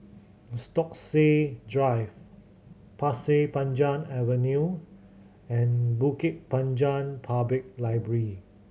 Stokesay Drive Pasir Panjang Avenue and Bukit Panjang Public Library